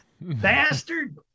bastard